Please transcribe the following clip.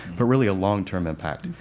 but really a long term impact.